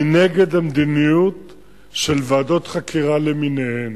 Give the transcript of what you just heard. אני נגד המדיניות של ועדות חקירה למיניהן.